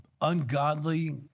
Ungodly